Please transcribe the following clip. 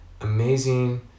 amazing